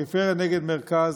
פריפריה נגד מרכז,